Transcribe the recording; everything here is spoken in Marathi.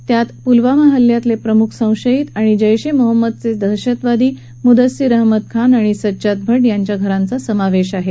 त्यात पुलवामा हल्ल्यातले प्रमुख संशयित आणि जैश ए मोहम्मदचे दहशतवादी मुदस्सीर अहमदखान आणि सज्जाद भट यांच्या घरांचा समावेश आहे